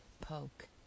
poke